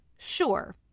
Sure